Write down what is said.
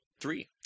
three